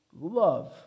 love